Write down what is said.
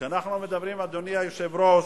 כשאנחנו מדברים, אדוני היושב-ראש,